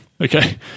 Okay